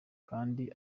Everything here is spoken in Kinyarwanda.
kandi